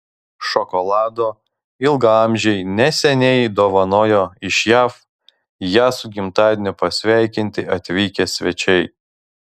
šokolado ilgaamžei neseniai dovanojo iš jav ją su gimtadieniu pasveikinti atvykę svečiai